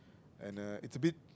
and uh it's a bit